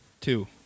Two